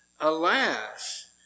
Alas